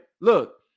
Look